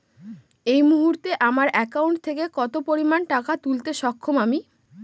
এই মুহূর্তে আমার একাউন্ট থেকে কত পরিমান টাকা তুলতে সক্ষম আমি?